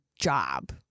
job